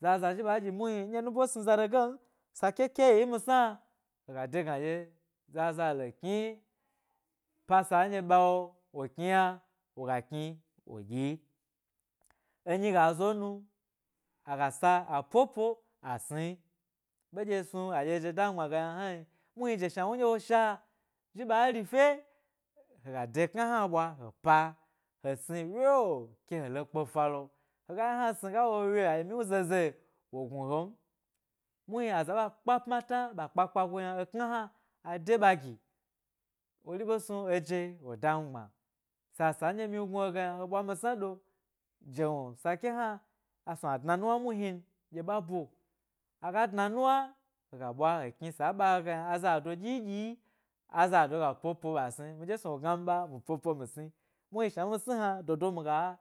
za za ga dyi muhni nubo sni zade ge m sa ke ke yeo, emi sna hega de gna ɗye za za he kni oassa nɗye ɓawo wo kni yna wo ga kni wo dyi enyi ga zo nu aga sa a popo, asni ɓedye snu a ɗye eje dami gbma ge yna hnan muhni je shna wnu nɗye sha zhi ɓa ri fye hega da kna hna ɓwa he pa he sni wyo wyo, ke hde kpe falo hega yna yna sni ga wo he wyo aɗye mi wnu ze ze wo gnu he m, muhni aza ɓa kpa pmata, ɓa kpa kpagu yna ekna hna ga de ɓa gi wori ɓe snu eje wa damigbma sa sa nɗye mi wnu gnu he ge yna he ɓwa mi sna do jewnu sa ke hna, asnu a dna nuwna mu hnin dye ɓa bo, aga dna nuwna hega ɓwa he kni sa ɓa he ge yna, zado dyi-ɗyi, azado ga popo ɓa sni mi dye snu wo gna mi ɓa mi po po mi sni muhni shna mi sni hna dodo mi ga.